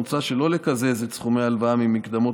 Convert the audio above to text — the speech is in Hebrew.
מוצע שלא לקזז את סכומי ההלוואות ממקדמות